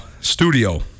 studio